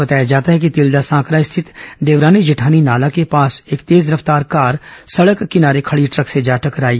बताया जाता है कि तिल्दा सांकरा स्थित देवरानी जेठानी नाला के पास एक तेज रफ्तार कार सड़क किनारे खड़ी ट्रक से जा टकराई